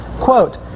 Quote